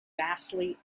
vastly